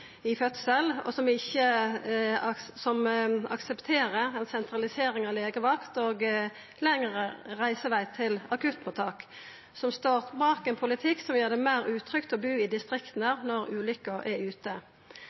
som aksepterer ei sentralisering av legevakt og lengre reiseveg til akuttmottak, og som står bak ein politikk som gjer det meir utrygt å bu i distrikta når ulykka er ute.